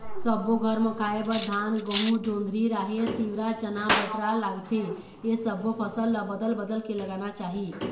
सब्बो घर म खाए बर धान, गहूँ, जोंधरी, राहेर, तिंवरा, चना, बटरा लागथे ए सब्बो फसल ल बदल बदल के लगाना चाही